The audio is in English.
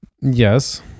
Yes